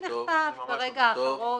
זה מחטף, ברגע האחרון,